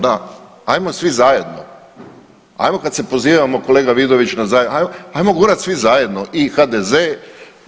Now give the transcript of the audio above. Da, hajmo svi zajedno hajmo kada se pozivamo kolega Vidović na … hajmo gurati svi zajedno i HDZ-e.